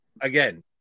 Again